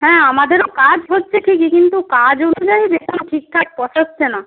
হ্যাঁ আমাদেরও কাজ হচ্ছে ঠিকই কিন্তু কাজ অনুযায়ী বেতন ঠিকঠাক পোষাচ্ছে না